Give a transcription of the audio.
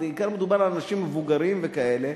ובעיקר מדובר על אנשים מבוגרים וכאלה,